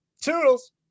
Toodles